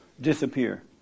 disappear